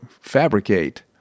fabricate